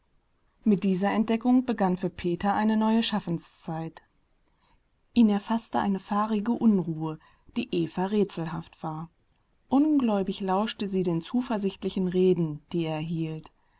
mit dieser entdeckung begann für peter eine neue schaffenszeit ihn erfaßte eine fahrige unruhe die eva rätselhaft war ungläubig lauschte sie den zuversichtlichen reden die er hielt